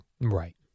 Right